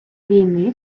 війни